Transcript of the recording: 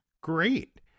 Great